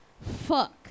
fuck